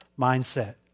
mindset